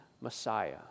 Messiah